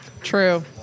True